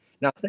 now